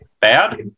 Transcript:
bad